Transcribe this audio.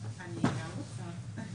אנחנו נשמע שלושה דוברים.